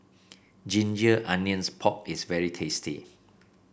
Ginger Onions Pork is very tasty